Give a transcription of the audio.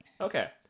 okay